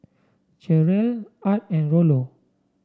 Cherrelle Art and Rollo